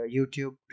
YouTube